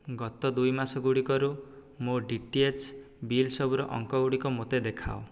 ଗତ ଦୁଇ ମାସଗୁଡ଼ିକରୁ ମୋ ଡି ଟି ଏଚ୍ ବିଲ୍ ସବୁର ଅଙ୍କଗୁଡ଼ିକ ମୋତେ ଦେଖାଅ